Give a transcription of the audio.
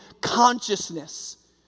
consciousness